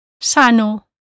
sano